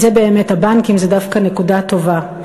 אז באמת, הבנקים זה דווקא נקודה טובה.